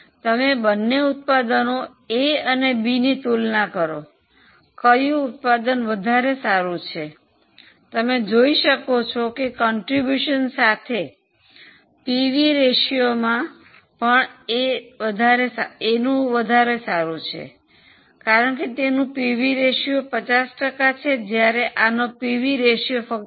તમે બન્ને ઉત્પાદનો એ અને બી ની તુલના કરો કયું ઉત્પાદન વધારે સારું છે તમે જોઈ શકો છો કે ફાળોની સાથે પીવી રેશિયોમાં પણ એ નું વધારે સારું છે કારણ કે તેનું પીવી રેશિયો 50 ટકા છે જ્યારે કે આનો પીવી રેશિયો ફક્ત 16